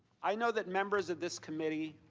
i know that members of this committee